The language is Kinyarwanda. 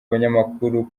akanyamakuru